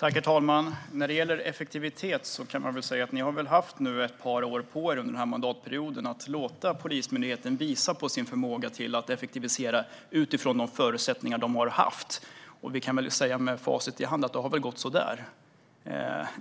Herr talman! När det gäller effektivitet, Anti Avsan, kan man säga att ni har haft ett par år på er under den här mandatperioden att låta Polismyndigheten visa sin förmåga att effektivisera utifrån de förutsättningar den har haft. Vi kan väl säga med facit i hand att det har gått så där,